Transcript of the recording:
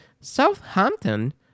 Southampton